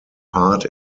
part